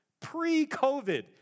Pre-COVID